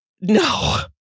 No